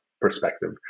perspective